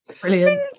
Brilliant